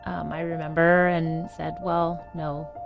um i remember, and said, well, no.